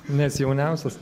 nes jauniausias